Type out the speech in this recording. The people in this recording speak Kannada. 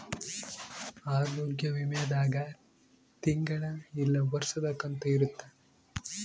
ಆರೋಗ್ಯ ವಿಮೆ ದಾಗ ತಿಂಗಳ ಇಲ್ಲ ವರ್ಷದ ಕಂತು ಇರುತ್ತ